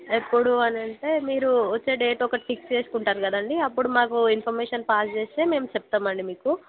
ఎప్పుడు అనంటే మీరు వచ్చే డేట్ ఒకటి ఫిక్స్ చేసుకుంటారు కదండి అప్పుడు మాకు ఇన్ఫర్మేషన్ పాస్ చేస్తే మేము చెప్తాం అండి మీకు